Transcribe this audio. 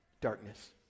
darkness